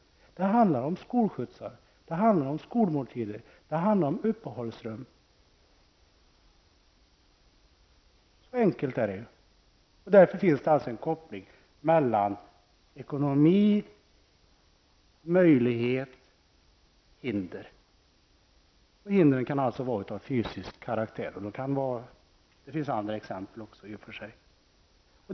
Det handlar om skolskjutsar, skolmåltider och uppehållsrum. Så enkelt är det. Därför finns alltså här en koppling mellan ekonomi, möjlighet och hinder. Hindret kan alltså vara av fysisk karaktär, men det finns i och för sig också andra exempel.